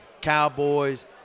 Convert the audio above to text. Cowboys